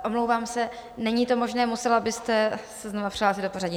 Omlouvám se, není to možné, musela byste se znova přihlásit do pořadí.